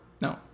No